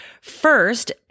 First